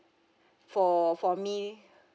for for me